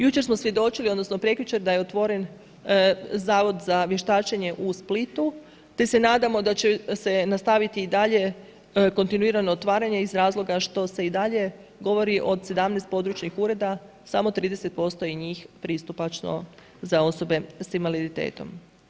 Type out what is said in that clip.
Jučer smo svjedočili, odnosno prekjučer da je otvoren zavod za vještačenje u Splitu te se nadamo da će se nastaviti i dalje kontinuirano otvaranje iz razloga što se i dalje govori o 17 područnih ureda, samo je 30% je njih pristupačno za osobe s invaliditetom.